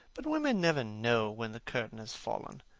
but women never know when the curtain has fallen.